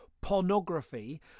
pornography